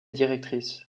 directrices